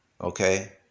Okay